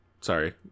Sorry